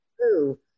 true